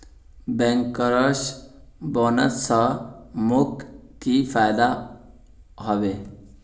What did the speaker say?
bankers bonus स मोक की फयदा हबे